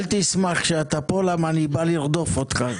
אל תשמח שאתה פה, למה אני בא לרדוף אותך.